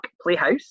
Playhouse